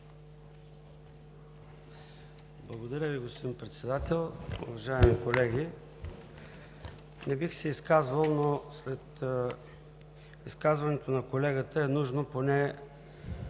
Благодаря Ви, господин Председател. Уважаеми колеги, не бих се изказвал, но след изказването на колегата е нужно поне